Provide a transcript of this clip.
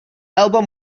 album